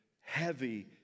heavy